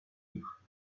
livre